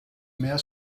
mehr